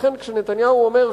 לכן כשראש הממשלה נתניהו אומר,